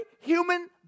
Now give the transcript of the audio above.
human